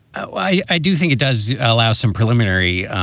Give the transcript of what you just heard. i do think it does allow some preliminary